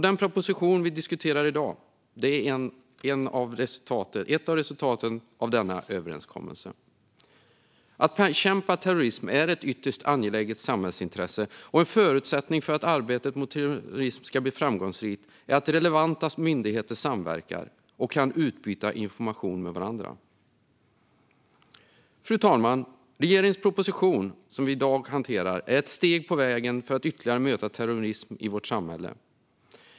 Den proposition vi diskuterar i dag är ett av resultaten av denna överenskommelse. Att bekämpa terrorism är ett ytterst angeläget samhällsintresse. En förutsättning för att arbetet mot terrorism ska bli framgångsrikt är att relevanta myndigheter samverkar och kan utbyta information med varandra. Fru talman! Regeringens proposition, som vi i dag hanterar, är ett steg på vägen mot att fortsätta bemöta terrorism i vårt samhälle.